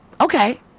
okay